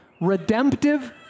redemptive